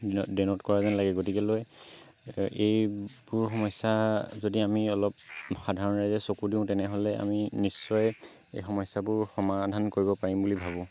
denote কৰা যেন লাগে গতিকেলৈ এইবোৰ সমস্য়া যদি আমি অলপ সাধাৰণ ৰাইজে চকু দিওঁ তেনেহ'লে আমি নিশ্চয় এই সমস্য়াবোৰ সমাধান কৰিব পাৰিম বুলি ভাবোঁ